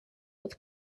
with